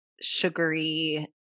sugary